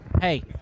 Hey